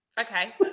Okay